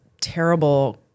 terrible